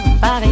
Paris